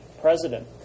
president